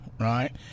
Right